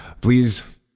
please